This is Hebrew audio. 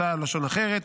הצעה או לשון אחרת.